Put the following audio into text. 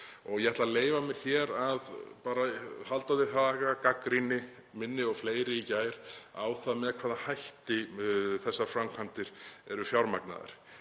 Ég ætla að leyfa mér hér að halda til haga gagnrýni minni og fleiri í gær á það með hvaða hætti þessar framkvæmdir eru fjármagnaðar.